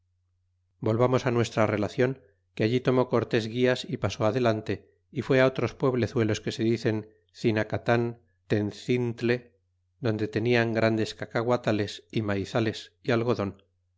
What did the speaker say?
volvamos á nuestra relacion que allí tomó cortes guias y pasó adelante y fué otros pueblezuelos que se dicen cinacatan tencintle donde tenian grandes cacaguatales y maizales y algodon